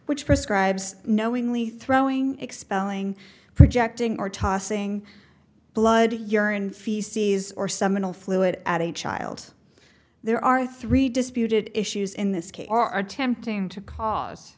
which prescribes knowingly throwing expelling projecting or tossing blood urine feces or seminal fluid at a child there are three disputed issues in this case are attempting to cause